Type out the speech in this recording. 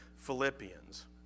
Philippians